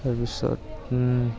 তাৰপিছত